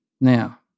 Now